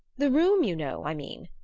the room, you know, i mean,